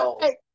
Hey